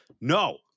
No